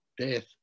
death